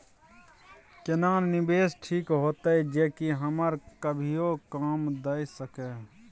केना निवेश ठीक होते जे की हमरा कभियो काम दय सके?